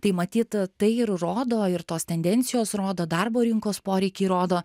tai matyt tai ir rodo ir tos tendencijos rodo darbo rinkos poreikiai rodo